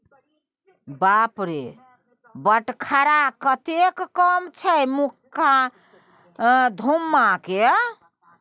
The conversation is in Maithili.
बाप रे बटखरा कतेक कम छै धुम्माके